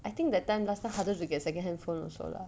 I think that time last time harder to get second handphone also lah